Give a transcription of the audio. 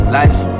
life